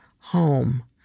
home